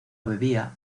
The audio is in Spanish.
bebía